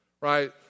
Right